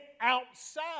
outside